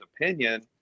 opinion